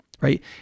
right